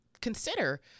consider